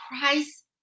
christ